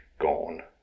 gone